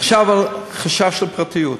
עכשיו לגבי חשש לפרטיות.